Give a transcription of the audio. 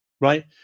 right